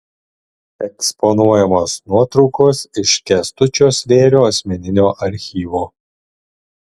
eksponuojamos nuotraukos iš kęstučio svėrio asmeninio archyvo